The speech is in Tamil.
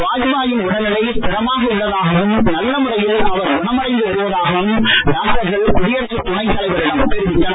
வாத்பாயின் உடல்நிலை ஸ்திரமாக உள்ளதாகவும் நல்ல முறையில் அவர் குணமடைந்து வருவதாகவும் டாக்டர்கள் குடியரகத் துணைத் தலைவரிடம் தெரிவித்தனர்